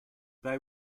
they